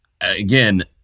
again